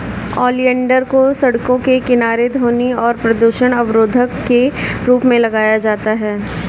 oleander को सड़कों के किनारे ध्वनि और प्रदूषण अवरोधक के रूप में लगाया जाता है